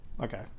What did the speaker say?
Okay